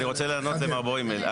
אני רוצה לענות למר בוימל,